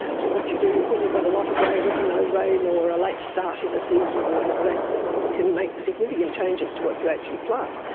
so what you do when you've got a lot of rain and or no rain or a late start in a season or whatever, that can make significant changes to what you actually plant.